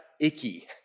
icky